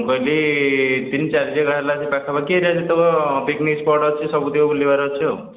ମୁଁ କହିଲି ତିନି ଚାରି ଜାଗା ହେଲା ପାଖାପାଖି ପିକ୍ନିକ୍ ସ୍ପଟ୍ ଅଛି ସବୁତକ ବୁଲିବାର ଅଛି